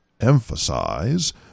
emphasize